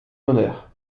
honneur